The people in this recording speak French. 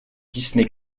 disney